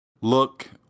look